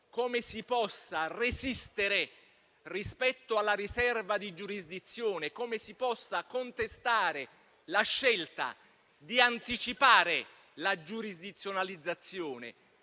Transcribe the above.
come si possa resistere rispetto alla riserva di giurisdizione, come si possa contestare la scelta di anticipare la giurisdizionalizzazione,